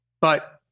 but-